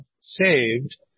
saved